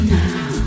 now